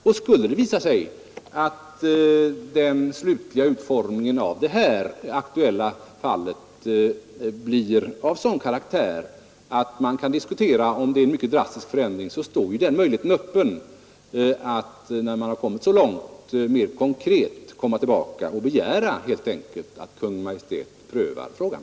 Och skulle det visa sig att den slutliga utformningen i det aktuella fallet blir sådan, att man kan diskutera om det inte är fråga om en mycket drastisk förändring, står ju den möjligheten öppen att då arbetet framskridit tillräckligt långt återkomma och mera konkret begära att Kungl. Maj:t prövar frågan.